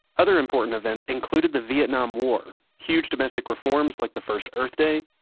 other important events included the vietnam war, huge domestic reforms like the first earth day,